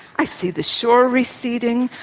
i see the shore receding,